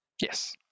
Yes